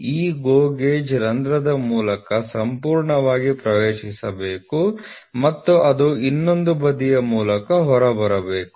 ಈ GO gauge ರಂಧ್ರದ ಮೂಲಕ ಸಂಪೂರ್ಣವಾಗಿ ಪ್ರವೇಶಿಸಬೇಕು ಮತ್ತು ಅದು ಇನ್ನೊಂದು ಬದಿಯ ಮೂಲಕ ಹೊರಬರಬೇಕು